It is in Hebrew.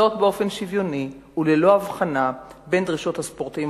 וזאת באופן שוויוני וללא הבחנה בין דרישות הספורטאים